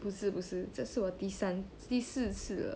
不是不是这是我第三第四次了